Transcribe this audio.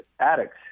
addicts